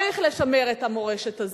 צריך לשמר את המורשת הזאת.